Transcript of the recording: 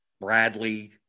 Bradley